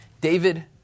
David